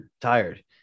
tired